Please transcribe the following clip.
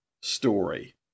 story